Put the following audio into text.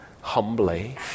humbly